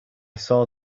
saw